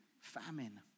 famine